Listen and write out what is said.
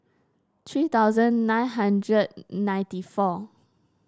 three thousand nine hundred ninety four